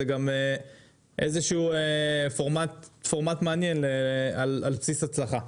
זה גם איזה שהוא פורמט מעניין, על בסיס הצלחה.